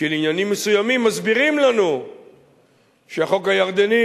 שלעניינים מסוימים מסבירים לנו שהחוק הירדני